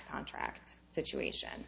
contract situation